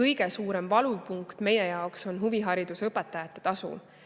Kõige suurem valupunkt meie jaoks on huviharidusõpetajate tasu.